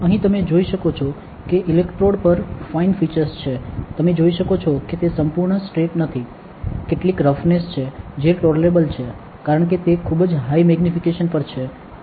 અહીં તમે જોઈ શકો છો કે ઇલેક્ટ્રોડ પર ફાઇન ફીચર્સ છે તમે જોઈ શકો છો કે તે સંપૂર્ણ સ્ટ્રેટ નથી કેટલીક રફનેસસ છે જે ટોલરેબલ છે કારણ કે તે ખૂબ જ હાઈ મેગ્નીફિકેશન પર છે